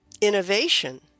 innovation